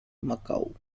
macau